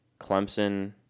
Clemson